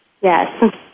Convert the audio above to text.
Yes